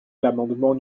l’amendement